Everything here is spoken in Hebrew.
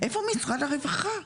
איפה משרד הרווחה?